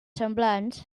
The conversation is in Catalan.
semblants